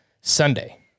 Sunday